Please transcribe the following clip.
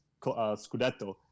Scudetto